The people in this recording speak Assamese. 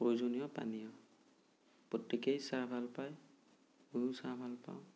প্ৰয়োজনীয় পানীয় প্ৰত্যেকেই চাহ ভাল পায় ময়ো চাহ ভাল পাওঁ